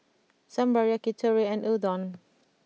Sambar Yakitori and Udon